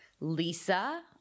lisa